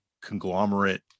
conglomerate